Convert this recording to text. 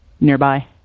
nearby